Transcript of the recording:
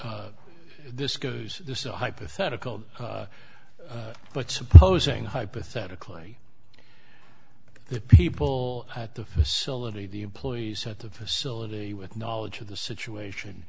goes this is a hypothetical but supposing hypothetically that people at the facility the employees at the facility with knowledge of the situation